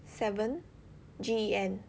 seven G E N